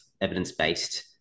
evidence-based